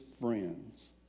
friends